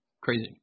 Crazy